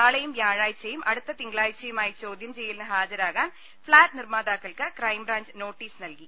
നാളെയും വ്യാഴാഴ്ചയും അടുത്ത തിങ്കളാഴ്ചയുമായി ചോദ്യം ചെയ്യലിന് ഹാജരാകാൻ ഫ്ളാറ്റ് നിർമ്മാതാക്കൾക്ക് ക്രൈംബ്രാഞ്ച് നോട്ടീസ് നൽകി